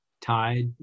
tide